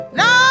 no